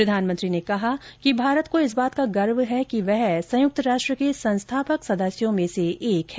प्रधानमंत्री ने कहा कि भारत को इस बात का गर्व है कि वह संयुक्त राष्ट्र के संस्थापक सदस्यों में से एक है